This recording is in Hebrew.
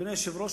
אדוני היושב-ראש,